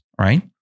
right